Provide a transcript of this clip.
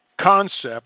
concept